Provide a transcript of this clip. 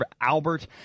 Albert